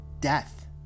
death